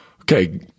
okay